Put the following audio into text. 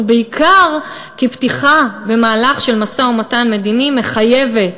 ובעיקר כי פתיחה במהלך של משא-ומתן מדיני מחייבת